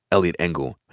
eliot engle,